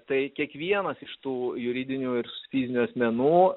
tai kiekvienas iš tų juridinių fizinių asmenų